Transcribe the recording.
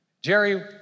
Jerry